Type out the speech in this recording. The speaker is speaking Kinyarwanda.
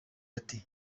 ati